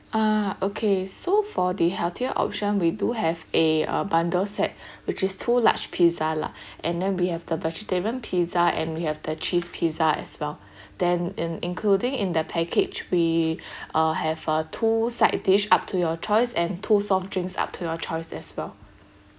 uh okay so for the healthier option we do have a a bundle set which is two large pizza lah and then we have the vegetarian pizza and we have the cheese pizza as well then in including in the package we uh have a two side dish up to your choice and two soft drinks up to your choice as well